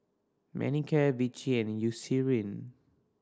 Manicare Vichy and Eucerin